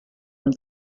und